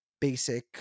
basic